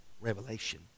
Revelation